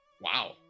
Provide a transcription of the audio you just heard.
Wow